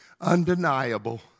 undeniable